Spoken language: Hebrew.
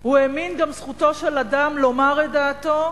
הוא האמין בזכותו של אדם לומר את דעתו,